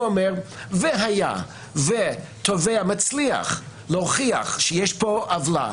הוא אומר: והיה ותובע מצליח להוכיח שיש פה עוולה,